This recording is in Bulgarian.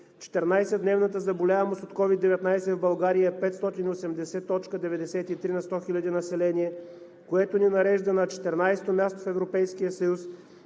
14-дневната заболяемост от COVID-19 в България е 580.93 на 100 хиляди население, което ни нарежда на 14-то място в Европейския съюз,